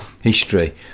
history